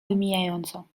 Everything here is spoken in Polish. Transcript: wymijająco